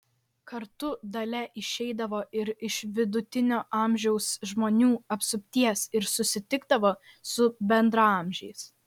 kartu dalia išeidavo ir iš vidutinio amžiaus žmonių apsupties ir susitikdavo su bendraamžiais